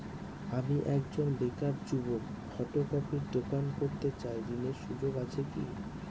আমি একজন বেকার যুবক ফটোকপির দোকান করতে চাই ঋণের সুযোগ আছে কি?